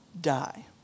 die